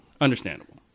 understandable